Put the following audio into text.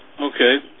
Okay